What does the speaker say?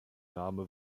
name